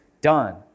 done